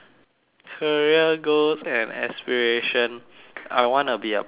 career goals and aspiration I wanna be a pilot